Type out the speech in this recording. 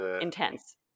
Intense